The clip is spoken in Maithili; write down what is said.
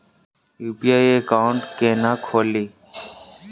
यु.पी.आई एकाउंट केना खोलि?